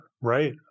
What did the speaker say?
right